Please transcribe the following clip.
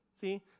See